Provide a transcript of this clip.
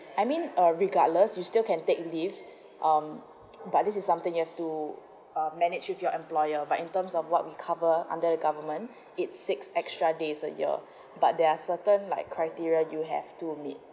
I mean uh regardless you still can take leave um but this is something you have to uh manage with your employer but in terms of what we cover under the government it's six extra days a year but there are certain like criteria you have to meet